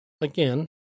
Again